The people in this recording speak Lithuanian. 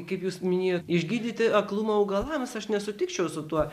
kaip jūs minėjot išgydyti aklumą augalams aš nesutikčiau su tuo